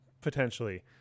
potentially